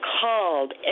called